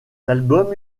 album